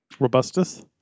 Robustus